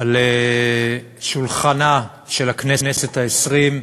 על שולחנה של הכנסת העשרים,